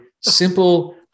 simple